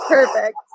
Perfect